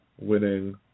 winning